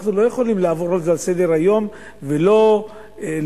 אנחנו לא יכולים לעבור על זה לסדר-היום ולא לבצע,